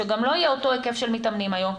שגם לא יהיה אותו היקף של מתאמנים היום,